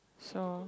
so